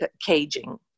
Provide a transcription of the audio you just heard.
caging